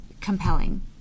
compelling